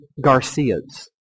Garcias